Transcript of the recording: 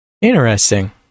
Interesting